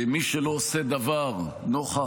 מי שלא עושה דבר נוכח